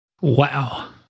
Wow